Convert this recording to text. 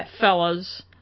fellas